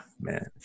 Man